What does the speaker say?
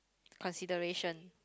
consideration